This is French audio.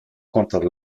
contre